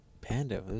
panda